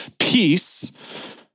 Peace